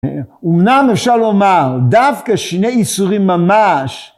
אומנם אפשר לומר דווקא שני איסורים ממש